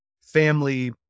family